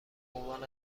عنوان